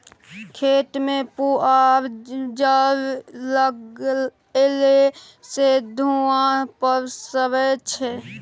खेत मे पुआर जरएला सँ धुंआ पसरय छै